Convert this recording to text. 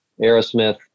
Aerosmith